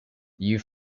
you